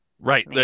Right